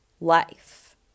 life